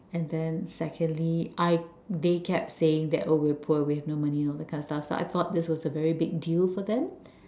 and then secondly I they kept saying that oh we're poor we have no money and all that kind of stuff so I thought this was a very big deal for them